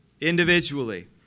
individually